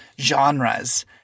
genres